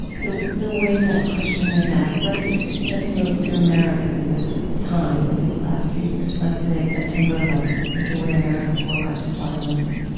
the the way that question is asked, let's let's move to america in this time, in these last few years, let's say september eleventh and the way americans woke up to violence.